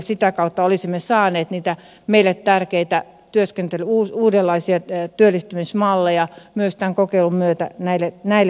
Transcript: sitä kautta olisimme saaneet niitä meille tärkeitä uudenlaisia työllistymismalleja myös tämän kokeilun myötä näille henkilöille